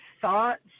thoughts